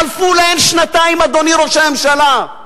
חלפו להן שנתיים, אדוני ראש הממשלה,